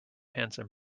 handsome